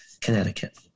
Connecticut